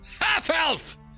half-elf